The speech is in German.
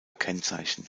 kennzeichen